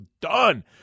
done